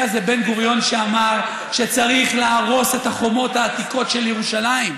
היה איזה בן-גוריון שאמר שצריך להרוס את החומות העתיקות של ירושלים.